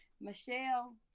Michelle